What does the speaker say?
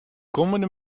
kommende